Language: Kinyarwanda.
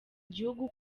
gihugu